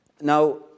Now